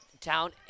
Town